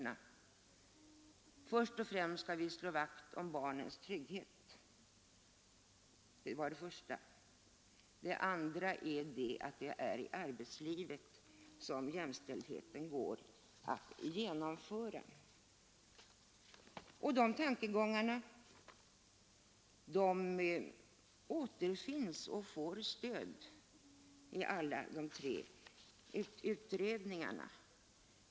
Den första är att främst skall vi slå vakt om barnens trygghet. Den andra är att det är i arbetslivet som jämställdheten går att genomföra. De tankegångarna återfinns och får stöd i alla de tre utredningarna.